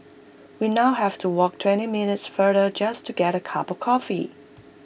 we now have to walk twenty minutes farther just to get A cup of coffee